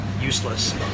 useless